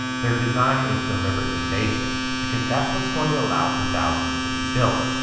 their design is deliberately basic. because that's what's going to allow for thousands to be built,